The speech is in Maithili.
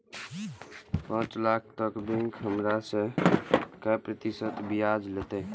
पाँच लाख तक में बैंक हमरा से काय प्रतिशत ब्याज लेते?